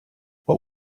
what